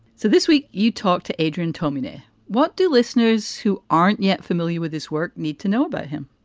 so this week you talked to adrian tolmie. what do listeners who aren't yet familiar with his work need to know about him?